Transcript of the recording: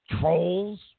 trolls